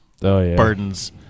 burdens